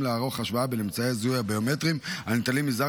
לערוך השוואה בין אמצעי הזיהוי הביומטריים הניטלים מזר